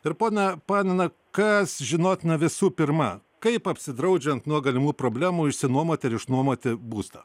ir ponia panina kas žinotina visų pirma kaip apsidraudžiant nuo galimų problemų išsinuomoti ir išnuomoti būstą